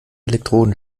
elektroden